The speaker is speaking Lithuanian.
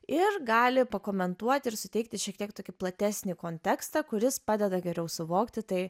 ir gali pakomentuoti ir suteikti šiek tiek tokį platesnį kontekstą kuris padeda geriau suvokti tai